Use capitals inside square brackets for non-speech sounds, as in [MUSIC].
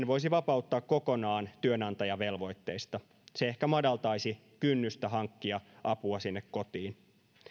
[UNINTELLIGIBLE] voisi vapauttaa kokonaan työnantajavelvoitteista se ehkä madaltaisi kynnystä hankkia apua sinne kotiin